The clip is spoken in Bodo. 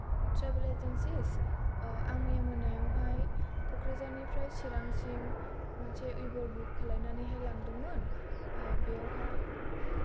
हेल' थ्रेबेल एजेनसिस आं मैया मोनायावहाय कक्राझारनिफ्राय सिरांसिम मोनसे इबलबुक खालायनानै हाय लांदोंमोन बेयावहाय